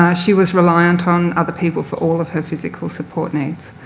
ah she was reliant on other people for all of her physical support needs.